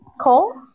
Coal